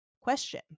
Question